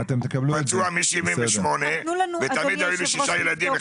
פצוע מ-1978 ותמיד היו לי שישה ילדים,